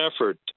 effort